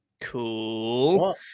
Cool